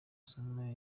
usome